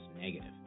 negative